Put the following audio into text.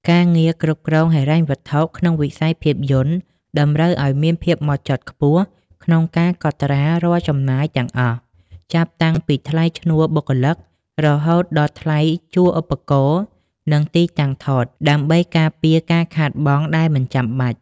ការងារគ្រប់គ្រងហិរញ្ញវត្ថុក្នុងវិស័យភាពយន្តតម្រូវឱ្យមានភាពហ្មត់ចត់ខ្ពស់ក្នុងការកត់ត្រារាល់ចំណាយទាំងអស់ ចាប់តាំងពីថ្លៃឈ្នួលបុគ្គលិក រហូតដល់ថ្លៃជួលឧបករណ៍ និងទីតាំងថត ដើម្បីការពារការខាតបង់ដែលមិនចាំបាច់។